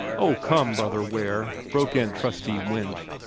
oh, come, brother ware! broke in trustee winch,